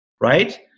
right